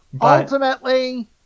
Ultimately